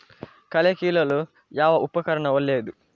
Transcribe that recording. ಕಳೆ ಕೀಳಲು ಯಾವ ಉಪಕರಣ ಒಳ್ಳೆಯದು?